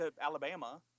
Alabama